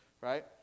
Right